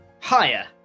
higher